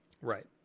Right